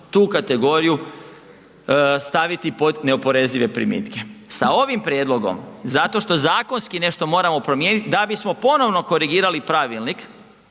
tu kategoriju staviti pod neoporezive primitke. Sa ovim prijedlogom, zato što zakonski moramo nešto promijeniti da bismo ponovo korigirali pravilnik,